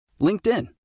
LinkedIn